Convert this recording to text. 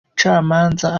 umucamanza